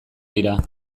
dira